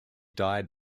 died